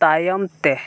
ᱛᱟᱭᱚᱢᱛᱮ